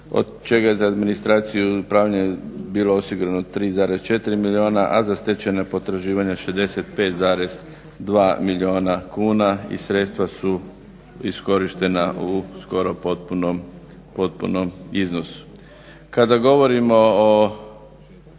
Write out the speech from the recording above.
od čega je za administraciju i upravljanje bilo osigurano 3,4 milijuna a za stečajna potraživanja 65,2 milijuna kuna. I sredstva su iskorištena u skoro potpunom iznosu. Kada govorimo o